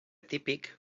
típic